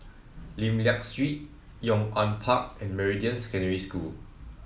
Lim Liak Street Yong An Park and Meridian Secondary School